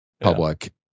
public